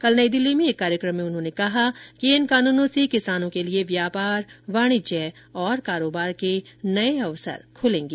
कल नई दिल्ली में एक कार्यक्रम में उन्होंने कहा कि इन कानूनों से किसानों के लिए व्यापार वाणिज्य और कारोबार के नये अवसर खुलेंगे